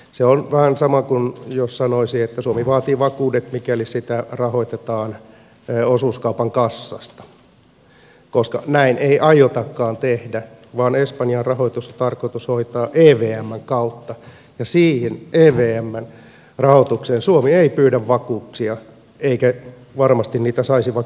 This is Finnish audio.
se on vähän sama kuin jos sanoisi että suomi vaatii vakuudet mikäli sitä rahoitetaan osuuskaupan kassasta koska niin ei aiotakaan tehdä vaan espanjan rahoitus on tarkoitus hoitaa evmn kautta ja siihen evmn rahoitukseen suomi ei pyydä vakuuksia eikä varmasti niitä saisi vaikka pyytäisikin